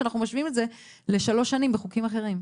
כשאנחנו משווים את זה לשלוש שנים בחוקים אחרים.